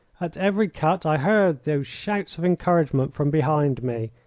at every cut i heard those shouts of encouragement from behind me,